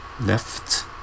left